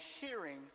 hearing